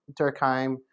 Durkheim